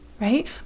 right